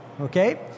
okay